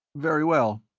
very well.